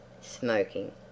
smoking